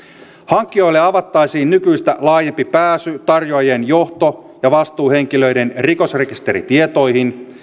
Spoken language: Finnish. hankkijoille avattaisiin nykyistä laajempi pääsy tarjoajien johto ja vastuuhenkilöiden rikosrekisteritietoihin